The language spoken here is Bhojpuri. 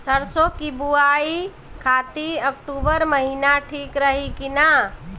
सरसों की बुवाई खाती अक्टूबर महीना ठीक रही की ना?